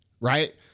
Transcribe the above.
right